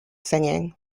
singing